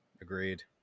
Agreed